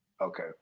Okay